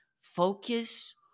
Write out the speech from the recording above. focus